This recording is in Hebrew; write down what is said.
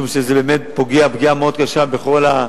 משום שזה באמת פוגע פגיעה מאוד קשה בכל,